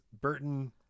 Burton